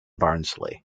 barnsley